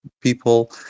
people